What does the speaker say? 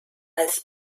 als